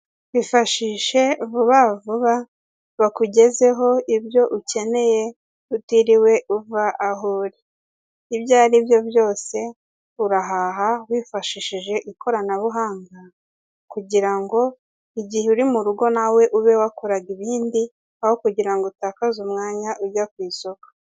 Ifashishe vuba vuba, bakugezeho ibyo ukeneye utiriwe uva aho uri. Ibyo aribyo byose, urahaha wifashishije ikoranabuhanga, kugira ngo igihe uri mu rugo nawe ube wakoraga ibindi, aho kugira ngo utakaze umwanya ujya ku isoko.